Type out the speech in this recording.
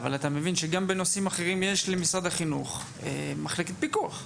אבל אתה מבין שגם בנושאים אחרים יש למשרד החינוך מחלקת פיקוח.